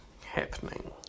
happening